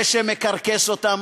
זה שמקרקס אותם,